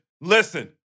listen